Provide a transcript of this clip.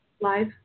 live